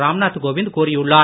ராம்நாத் கோவிந்த் கூறியுள்ளார்